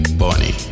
bunny